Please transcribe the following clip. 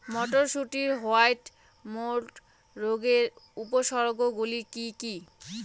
মটরশুটির white mould রোগের উপসর্গগুলি কী কী?